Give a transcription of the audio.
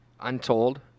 Untold